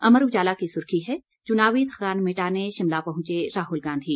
अमर उजाला की सुर्खी है चुनावी थकान मिटाने शिमला पहंचे राहल गांधी